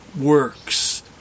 works